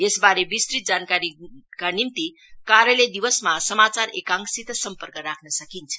यसबारे विस्तृत जानकारीका निम्ति कार्यालय दिवसमा समाचार एकांशसित सम्पर्क राख्न सकिन्छ